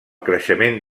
creixement